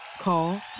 Call